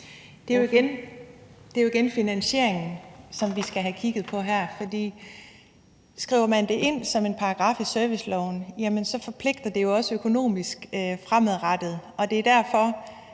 Det er jo igen finansieringen, som vi skal have kigget på her. For skriver man det ind som en paragraf i serviceloven, forpligter det jo også økonomisk fremadrettet,